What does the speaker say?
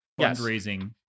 fundraising